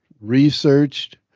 researched